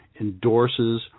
endorses